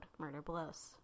MURDERBLOWS